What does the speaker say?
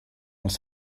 els